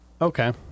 okay